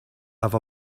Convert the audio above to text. have